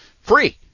Free